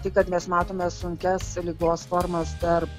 tai kad mes matome sunkias ligos formas tarp